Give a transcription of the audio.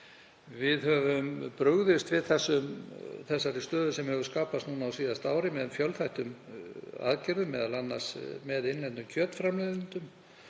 Við höfum brugðist við þeirri stöðu sem skapast hefur núna á síðasta ári með fjölþættum aðgerðum, m.a. með innlendum kjötframleiðendum.